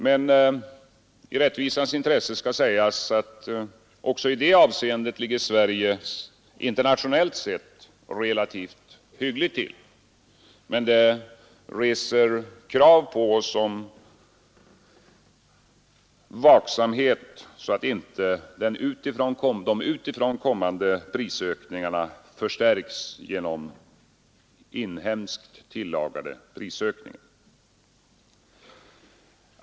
I rättvisans intresse skall emellertid sägas att också i det avseendet ligger Sverige internationellt sett relativt hyggligt till, men det reser krav på oss om vaksamhet, så att inte de utifrån kommande prisökningarna förstärks genom inhemskt tillagade prisökningar.